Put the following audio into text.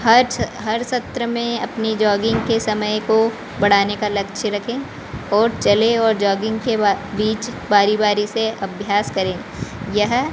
हर हर सत्र में अपनी जॉगिंग के समय को बढ़ाने का लक्ष्य रखें और चलें और जॉगिंग के बीच बारी बारी से अभ्यास करें यह